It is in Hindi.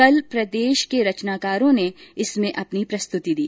कल प्रदेश के रचनाकारों ने अपनी प्रस्तुति दी